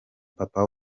papa